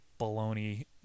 baloney